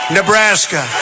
Nebraska